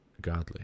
godly